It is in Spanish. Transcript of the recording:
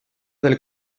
del